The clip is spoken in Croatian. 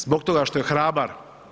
Zbog toga što je hrabar.